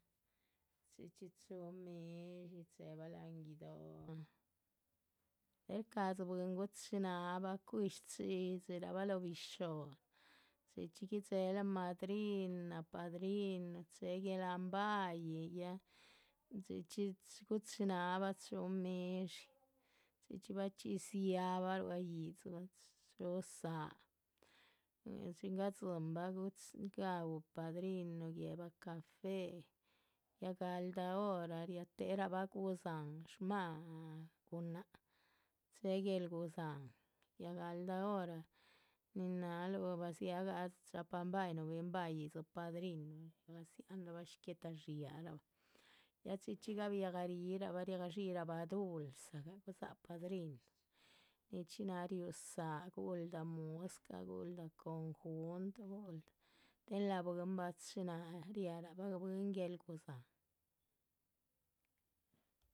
Chxí chxí chúhu midshí chéhebah láhan guido´, del shcadzí bwín guchináha cuihi shchxidxirabah lóho bisho´dza, chxí chxí guidxéhela madrina padrinuh chéhe. guelán bayih ya chxí chxí guchináhabah chúhu midshí, chxí chxí bachxí dziáhabah ruá yídzibah záa, ya chin gadzíhinbah chúhu gaú padrinu guéhebah café, ya gahaldah hora. rariateherabah gudzáhan shmáha gunáhc chéhe guéhel gudzáhan, ya gáhaldah hora nin náhaluh o bah dziágah dxápahn báyih yíhdziraa padrinuraa riagah dziáhanrabah. shguéhta dxiáharabah ya chxí chxí gabiahga rihrabah riagadxí rahbah dulza gah gúhudza padrinuh nichxí náha ríuhu záa, guldah muscah guldah conjunto, guldah. tin laha bwín bachináha riáharabah bwín guéhel gudzáhan